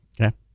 Okay